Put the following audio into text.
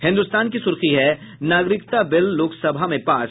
हिन्दुस्तान की सुर्खी है नागरिकता बिल लोकसभा में पास